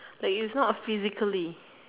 like is not physically